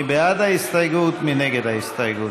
ההסתייגות, מי נגד ההסתייגות?